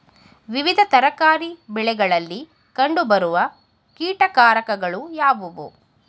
ವಿವಿಧ ತರಕಾರಿ ಬೆಳೆಗಳಲ್ಲಿ ಕಂಡು ಬರುವ ಕೀಟಕಾರಕಗಳು ಯಾವುವು?